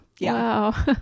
Wow